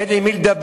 אין עם מי לדבר.